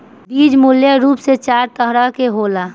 बीज मूल रूप से चार तरह के होला